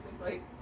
right